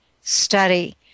study